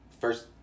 first